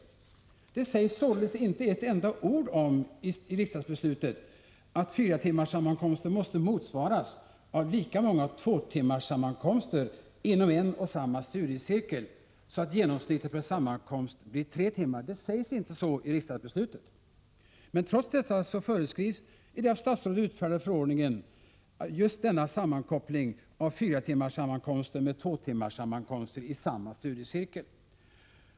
I riksdagsbeslutet sägs således inte ett enda ord om att fyratimmarssammankomster måste motsvaras av lika många tvåtimmarssammankomster inom en och samma studiecirkel, så att genomsnittet per sammankomst blir tre timmar. Trots detta föreskrivs i den av statsrådet utfärdade förordningen just denna sammankoppling av fyratimmarssammankomster med tvåtimmarssammankomster i samma studiecirkel.